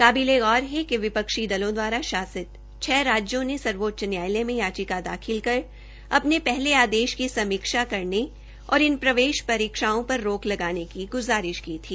काबिले गौर है कि विपक्षी दलों द्वारा शासित छ राज्यों ने सर्वोच्च न्यायाल में याचिका दाखिल कर अपने पहले आदेश की समीक्षा करने और इन प्रवेश परीक्षाओं पर रोक लगाने की गुज़ारिश की थी